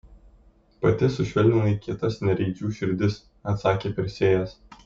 pati sušvelninai kietas nereidžių širdis atsakė persėjas